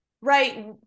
right